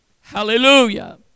Hallelujah